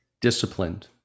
Disciplined